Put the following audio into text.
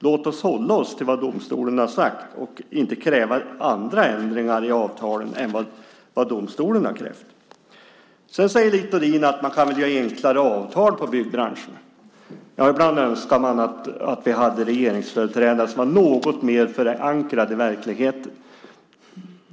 Låt oss hålla oss till vad domstolen har sagt och inte kräva andra ändringar i avtalen än vad domstolen har krävt. Sedan säger Littorin att man kan väl göra enklare avtal i byggbranschen. Ibland önskar man att vi hade regeringsföreträdare som var något mer förankrade i verkligheten.